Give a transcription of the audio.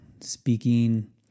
speaking